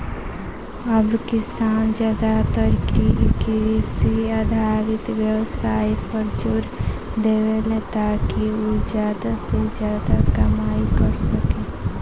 अब किसान ज्यादातर कृषि आधारित व्यवसाय पर जोर देवेले, ताकि उ ज्यादा से ज्यादा कमाई कर सके